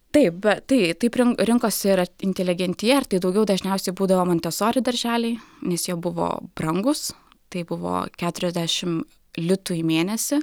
taip bet tai taip rin rinkosi ir inteligentija ar tai daugiau dažniausiai būdavo montesori darželiai nes jie buvo brangūs tai buvo keturiasdešim litų į mėnesį